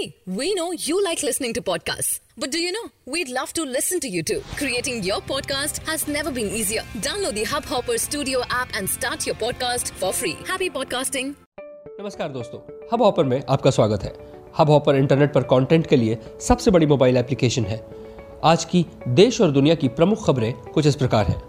Hey, we know you like listening to podcasts. But do you know, we'd love to listen to you too. Creating your podcast has never been easier. Download the Hubhopper Studio app and start your podcast for free. Happy podcasting! नमस्कार दोस्तों, Hubhopper में आपका स्वागत है। Hubhopper internet पर content के लिए सबसे बड़ी mobile application है। आज की देश और दुनिया की प्रमुख खबरें कुछ इस प्रकार हैं।